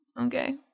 okay